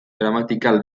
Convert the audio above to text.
gramatikal